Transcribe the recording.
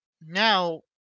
Now